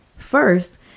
First